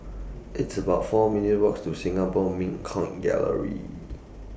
It's about four minutes' Walk to Singapore Mint Coin Gallery